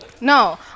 No